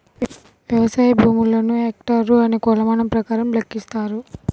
వ్యవసాయ భూములను హెక్టార్లు అనే కొలమానం ప్రకారం లెక్కిస్తారు